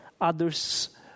Others